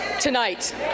tonight